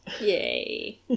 Yay